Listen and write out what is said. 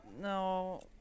No